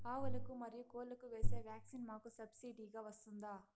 ఆవులకు, మరియు కోళ్లకు వేసే వ్యాక్సిన్ మాకు సబ్సిడి గా వస్తుందా?